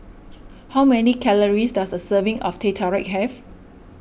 how many calories does a serving of Teh Tarik have